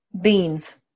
Beans